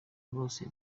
rwose